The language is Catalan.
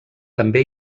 també